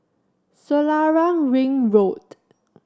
Selarang Ring Road